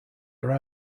are